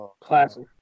classic